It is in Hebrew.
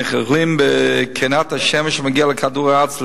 הנכללים בקרינת השמש המגיעה לכדור-הארץ,